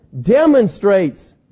demonstrates